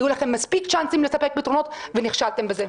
היו לכם מספיק צ'אנסים לספק פתרונות, ונכשלתם בזה.